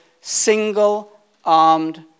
single-armed